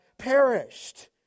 perished